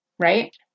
right